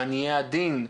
ואני אהיה עדין,